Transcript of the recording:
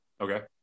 Okay